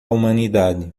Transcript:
humanidade